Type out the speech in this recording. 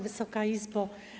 Wysoka Izbo!